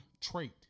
trait